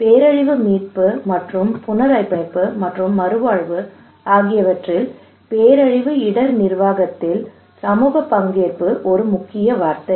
பேரழிவு மீட்பு மற்றும் புனரமைப்பு மற்றும் மறுவாழ்வு ஆகியவற்றில் பேரழிவு இடர் நிர்வாகத்தில் சமூக பங்கேற்பு ஒரு முக்கிய வார்த்தை